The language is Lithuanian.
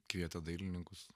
kvietė dailininkus